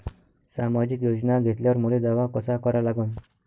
सामाजिक योजना घेतल्यावर मले दावा कसा करा लागन?